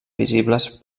visibles